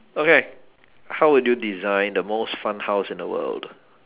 okay how would you design the most fun house in the world